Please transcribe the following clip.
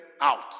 out